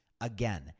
Again